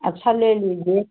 अच्छा ले लीजिए